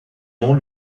nom